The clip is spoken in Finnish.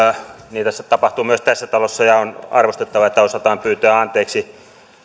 niitä tapahtuu myös tässä talossa on arvostettavaa että osataan pyytää anteeksi